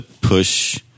push